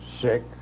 sick